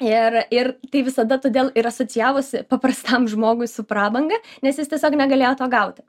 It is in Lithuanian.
ir ir tai visada todėl ir asocijavosi paprastam žmogui su prabanga nes jis tiesiog negalėjo to gauti